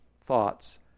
thoughts